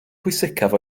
pwysicaf